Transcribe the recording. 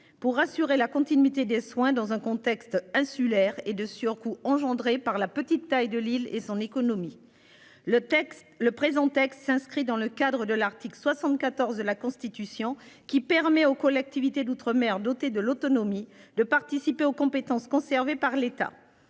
pour assurer la continuité des soins dans un contexte insulaire et de surcoûts engendrés par la petite taille de Lille et son économie. Le texte le présent texte s'inscrit dans le cadre de l'article 74 de la Constitution qui permet aux collectivités d'outre-mer doté de l'autonomie de participer aux compétences conservés par l'État.